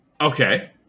Okay